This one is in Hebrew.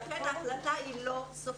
לכן ההחלטה היא לא סופית.